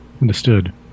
Understood